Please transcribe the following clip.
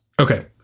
Okay